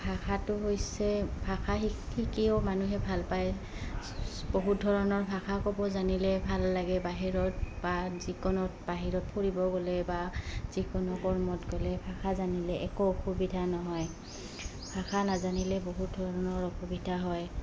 ভাষাটো হৈছে ভাষা শ শিকিও মানুহে ভাল পায় বহুত ধৰণৰ ভাষা ক'ব জানিলে ভাল লাগে বাহিৰত বা যিকোনত বাহিৰত ফুৰিব গ'লে বা যিকোনো কৰ্মত গ'লে ভাষা জানিলে একো অসুবিধা নহয় ভাষা নাজানিলে বহুত ধৰণৰ অসুবিধা হয়